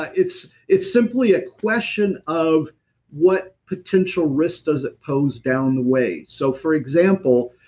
ah it's it's simply a question of what potential risk does it pose down the way. so for example,